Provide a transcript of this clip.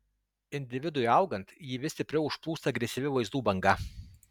individui augant jį vis stipriau užplūsta agresyvi vaizdų banga